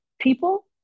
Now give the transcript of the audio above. people